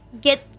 get